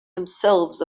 themselves